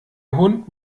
hund